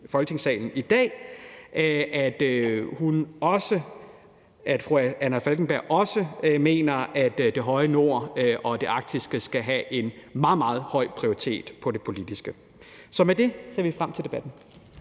Folketingssalen i dag, og sige, at hun også mener, at det høje nord og det arktiske skal have en meget, meget høj prioritet på det politiske område. Med det vil jeg